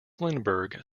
lindbergh